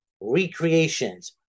recreations